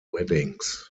weddings